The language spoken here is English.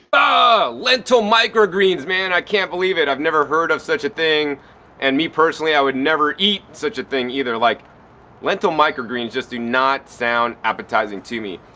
ah lentil micro greens man! i can't believe it! i've never heard of such a thing and me personally i would never eat such a thing either. like lentil micro greens just do not sound appetizing to me.